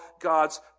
God's